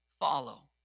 follow